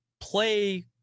play